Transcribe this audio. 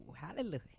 hallelujah